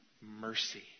Mercy